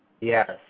Yes